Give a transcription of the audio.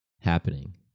happening